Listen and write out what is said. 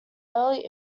early